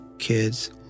kids